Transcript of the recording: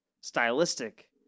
stylistic